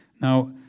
now